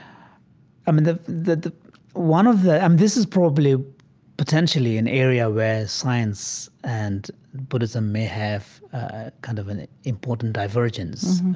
i mean, the the the one of the, um, this is probably potentially an area where science and buddhism may have kind of an important divergence.